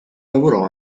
lavorò